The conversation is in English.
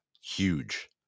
huge